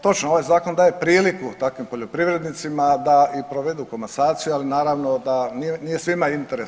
Točno, ovaj zakon daje priliku takvim poljoprivrednicima da i provedu komasaciju, ali naravno da nije svima interes.